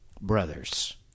brothers